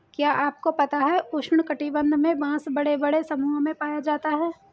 क्या आपको पता है उष्ण कटिबंध में बाँस बड़े बड़े समूहों में पाया जाता है?